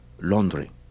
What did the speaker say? laundry